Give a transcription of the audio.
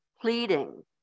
pleading